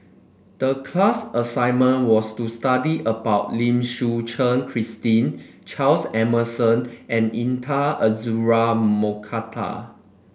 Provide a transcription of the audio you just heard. the class assignment was to study about Lim Suchen Christine Charles Emmerson and Intan Azura Mokhtar